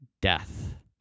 death